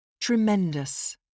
Tremendous